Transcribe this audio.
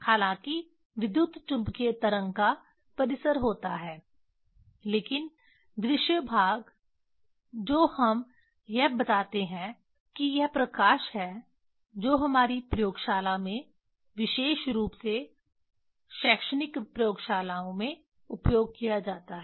हालाँकि विद्युतचुम्बकीय तरंग का परिसर होता है संदर्भ समय 1556 लेकिन दृश्य भाग जो हम यह बताते हैं कि यह प्रकाश है जो हमारी प्रयोगशाला में विशेष रूप से शैक्षणिक प्रयोगशालाओं में उपयोग किया जाएगा